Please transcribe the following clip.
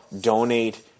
donate